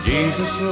Jesus